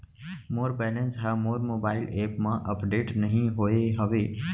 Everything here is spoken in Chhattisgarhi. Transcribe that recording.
मोर बैलन्स हा मोर मोबाईल एप मा अपडेट नहीं होय हवे